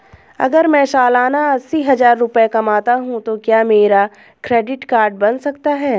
अगर मैं सालाना अस्सी हज़ार रुपये कमाता हूं तो क्या मेरा क्रेडिट कार्ड बन सकता है?